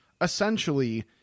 essentially